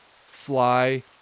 fly